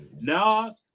Now